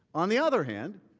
on the other hand,